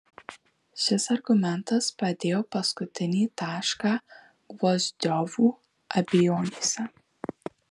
šis argumentas padėjo paskutinį tašką gvozdiovų abejonėse